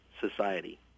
society